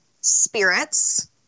spirits